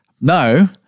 no